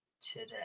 today